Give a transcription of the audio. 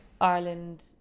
Ireland